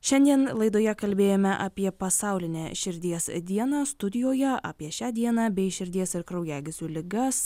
šiandien laidoje kalbėjome apie pasaulinę širdies dieną studijoje apie šią dieną bei širdies ir kraujagyslių ligas